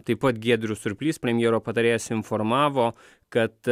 taip pat giedrius surplys premjero patarėjas informavo kad